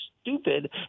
stupid